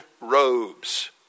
robes